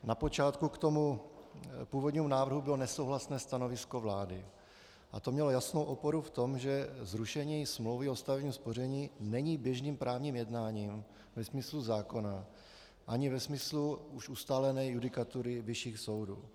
Na počátku k tomu původnímu návrhu bylo nesouhlasné stanovisko vlády a to mělo jasnou oporu v tom, že zrušení smlouvy o stavebním spoření není běžným právním jednáním ve smyslu zákona ani ve smyslu už ustálené judikatury vyšších soudů.